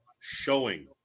showing